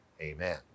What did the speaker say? amen